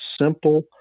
simple